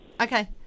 Okay